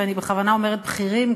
ואני בכוונה אומרת "בכירים",